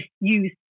use